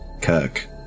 Kirk